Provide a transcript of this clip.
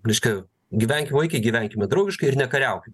reiškia gyvenkim vaikai gyvenkime draugiškai ir nekariaukim